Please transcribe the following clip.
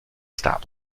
stop